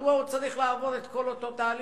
מדוע הוא צריך לעבור את כל אותו תהליך?